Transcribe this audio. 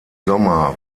sommer